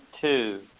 two